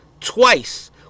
Twice